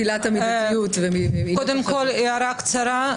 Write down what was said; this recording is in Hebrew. קודם כל, הערה קצרה.